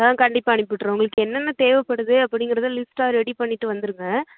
ஆ கண்டிப்பாக அனுப்பிவிட்டிருவோம் உங்களுக்கு என்னென்ன தேவைப்படுது அப்படிங்கறதை லிஸ்ட்டாக ரெடி பண்ணிவிட்டு வந்துடுங்க